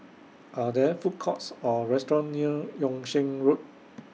Are There Food Courts Or restaurants near Yung Sheng Road